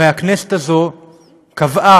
הרי הכנסת הזאת קבעה,